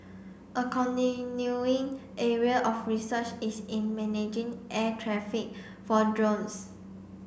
a continuing area of research is in managing air traffic for drones